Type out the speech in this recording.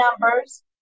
numbers